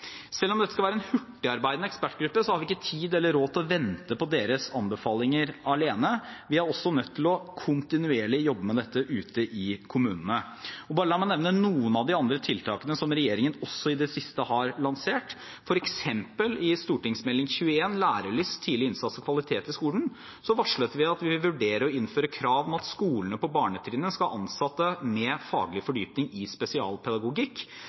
Selv om dette skal være en hurtigarbeidende ekspertgruppe, har vi ikke tid eller råd til å vente på deres anbefalinger alene, vi er også nødt til kontinuerlig å jobbe med dette ute i kommunene. La meg bare nevne noen av de andre tiltakene regjeringen også i det siste har lansert, f.eks. i Meld. St. 21 for 2016–2017, Lærelyst – tidlig innsats og kvalitet i skolen, hvor vi varslet at vi vurderer å innføre krav om at skolene på barnetrinnet skal ha ansatte med faglig fordypning i spesialpedagogikk,